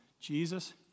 Jesus